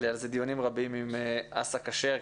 היה לי על זה דיונים רבים עם אסא כשר,